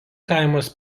kaimas